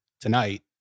tonight